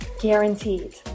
Guaranteed